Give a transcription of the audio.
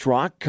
Rock